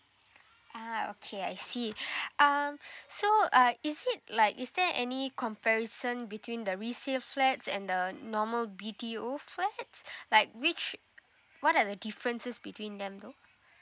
ah okay I see um so uh is it like is there any comparison between the resale flat and the normal B_T_O flats like which what are the differences between them though